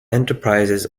enterprises